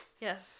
Yes